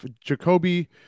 Jacoby